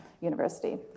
University